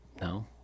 No